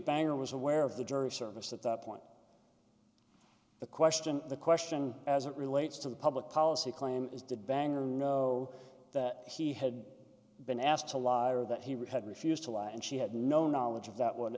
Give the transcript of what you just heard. banger was aware of the jury service at that point the question the question as it relates to the public policy claim is did banger know that he had been asked to live or that he would refuse to lie and she had no knowledge of that one